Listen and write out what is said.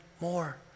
more